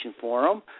Forum